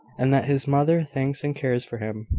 and that his mother thinks and cares for him.